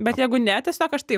bet jeigu ne tiesiog aš taip